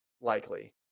likely